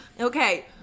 Okay